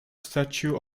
statue